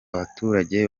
baturage